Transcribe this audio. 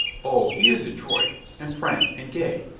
oh, he is adroit, and frank, and gay,